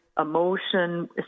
emotion